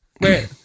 Wait